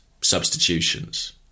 substitutions